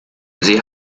sie